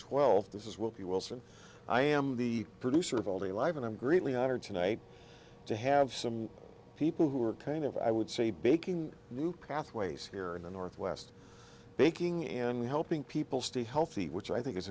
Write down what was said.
twelve this is will be wilson i am the producer of all the live and i'm greely honored tonight to have some people who are kind of i would say baking new pathways here in the northwest baking and helping people stay healthy which i think i